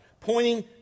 Pointing